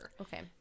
Okay